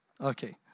Okay